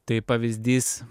tai pavyzdys